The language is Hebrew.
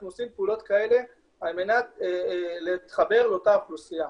אנחנו עושים פעילות כאלה על מנת להתחבר לאותה אוכלוסייה.